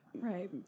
Right